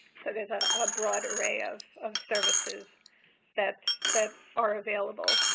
so there's ah a broad array of of services that that are available.